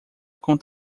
com